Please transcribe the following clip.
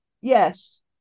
Yes